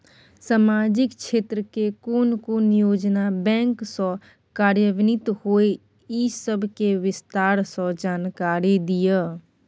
सामाजिक क्षेत्र के कोन कोन योजना बैंक स कार्यान्वित होय इ सब के विस्तार स जानकारी दिय?